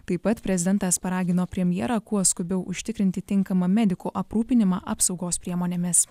taip pat prezidentas paragino premjerą kuo skubiau užtikrinti tinkamą medikų aprūpinimą apsaugos priemonėmis